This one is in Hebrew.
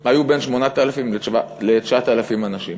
היו בין 8,000 ל-9,000 אנשים.